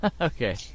okay